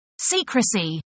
Secrecy